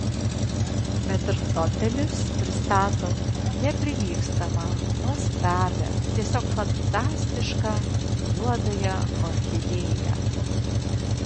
metrdotelis pristato neprilygstamą nuostabią tiesiog fantastišką juodąją orchidėją